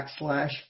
backslash